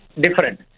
different